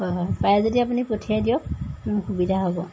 হয় হয় পাৰে যদি আপুনি পঠিয়াই দিয়ক মোৰ সুবিধা হ'ব